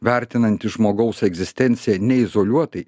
vertinanti žmogaus egzistenciją ne izoliuotai